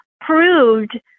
proved